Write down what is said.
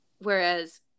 Whereas